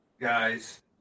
guys